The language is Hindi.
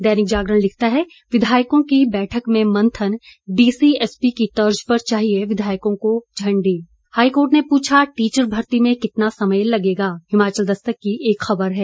दैनिक जागरण लिखता है विधायकों की बैठक में मंथन डीसी एसपी की तर्ज पर चाहिए विधायकों को झंडी हाईकोर्ट ने पूछा टीचर भर्ती में कितना समय लगेगा हिमाचल दस्तक की एक खबर है